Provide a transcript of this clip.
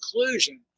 conclusion